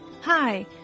Hi